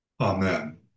Amen